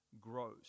grows